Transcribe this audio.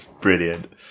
brilliant